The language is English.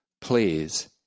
please